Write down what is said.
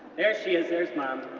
there she is, there's mom.